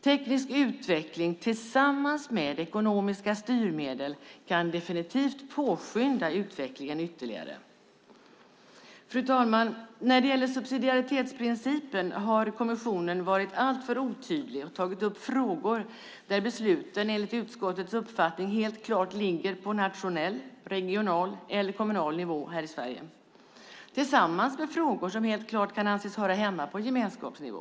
Teknisk utveckling tillsammans med ekonomiska styrmedel kan definitivt påskynda utvecklingen ytterligare. Fru talman! När det gäller subsidiaritetsprincipen har kommissionen varit alltför otydlig och tagit upp frågor där besluten, enligt utskottets uppfattning, helt klart ligger på nationell, regional eller kommunal nivå här i Sverige tillsammans med frågor som helt klart kan anses höra hemma på gemenskapsnivå.